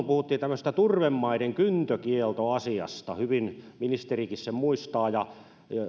puhuttiin tämmöisestä turvemaiden kyntökieltoasiasta hyvin ministerikin sen muistaa ja